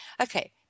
Okay